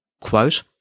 Quote